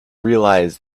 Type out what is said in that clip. realise